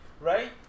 Right